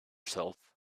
self